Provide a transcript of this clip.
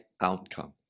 outcome